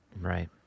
Right